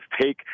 Take